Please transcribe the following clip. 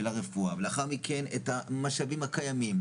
הרפואה ולאחר מכן את המשאבים הקיימים,